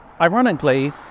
Ironically